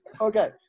Okay